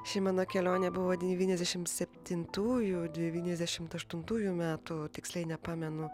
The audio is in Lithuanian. ši mano kelionė buvo devyniasdešim septintųjų devyniasdešimt aštuntųjų metų tiksliai nepamenu